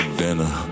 dinner